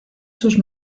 sus